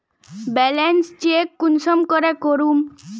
Balance check कुंसम करे करूम?